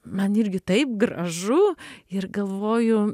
man irgi taip gražu ir galvoju